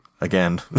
again